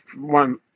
one